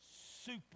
super